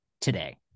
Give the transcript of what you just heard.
today